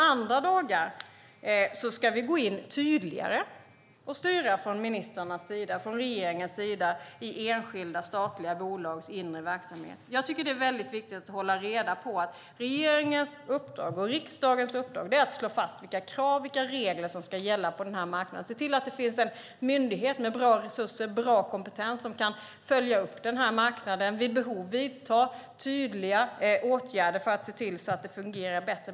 Andra dagar ska vi gå in tydligare och styra från ministrarnas och regeringens sida i enskilda statliga bolags inre verksamhet. Det är väldigt viktigt att hålla reda på att regeringens och riksdagens uppdrag är att slå fast vilka krav och regler som ska gälla på marknaden. Det gäller att se till att det finns en myndighet med bra resurser och bra kompetens som kan följa upp marknaden och vid behov vidta tydliga åtgärder för att se till att det fungerar bättre.